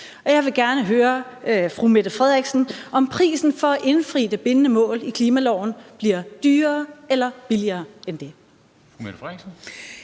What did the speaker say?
Mette Frederiksen, om prisen for at indfri de bindende mål i klimaloven bliver højere eller lavere end det.